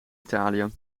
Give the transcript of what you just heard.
italië